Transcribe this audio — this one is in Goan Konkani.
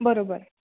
बरोबर